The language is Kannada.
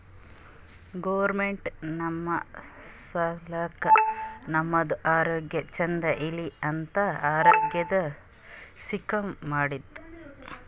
ಗೌರ್ಮೆಂಟ್ ನಮ್ ಸಲಾಕ್ ನಮ್ದು ಆರೋಗ್ಯ ಚಂದ್ ಇರ್ಲಿ ಅಂತ ಆರೋಗ್ಯದ್ ಸ್ಕೀಮ್ ಮಾಡ್ತುದ್